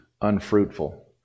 unfruitful